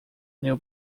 new